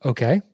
Okay